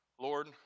Lord